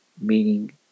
meaning